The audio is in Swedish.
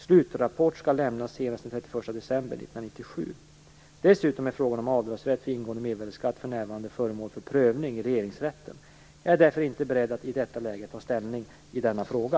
Slutrapport skall lämnas senast den 31 december 1997. Dessutom är frågan om avdragsrätt för ingående mervärdesskatt för närvarande föremål för prövning i Regeringsrätten. Jag är därför inte beredd att i detta läge ta ställning i denna fråga.